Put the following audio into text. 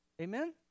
Amen